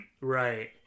Right